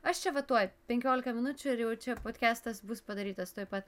aš čia va tuoj penkiolika minučių ir jau čia podkestas bus padarytas tuoj pat